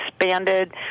expanded